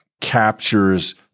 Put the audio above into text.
captures